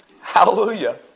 Hallelujah